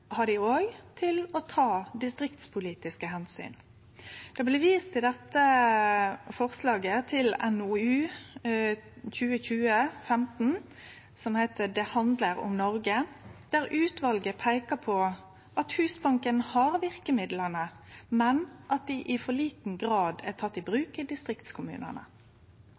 har òg moglegheit til å ta distriktspolitiske omsyn. I dette forslaget blir det vist til NOU 2020: 15, Det handlar om Norge, der utvalet peiker på at Husbanken har verkemidla, men at dei i for liten grad er tekne i bruk i distriktskommunane.